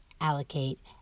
allocate